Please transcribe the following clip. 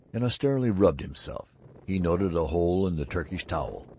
and austerely rubbed himself he noted a hole in the turkish towel,